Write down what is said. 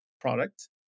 product